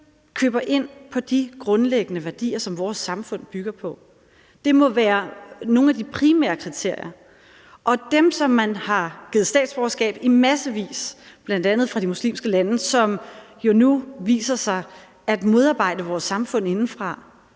køber ind på de grundlæggende værdier, som vores samfund bygger på. Det må være nogle af de primære kriterier. Om dem, som man har givet statsborgerskab i massevis, bl.a. fra de muslimske lande, og som jo nu viser sig at modarbejde vores samfund indefra,